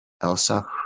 Elsa